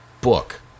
book